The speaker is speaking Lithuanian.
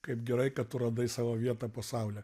kaip gerai kad tu radai savo vietą po saule